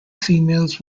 females